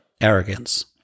arrogance